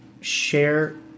share